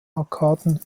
arkaden